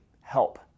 help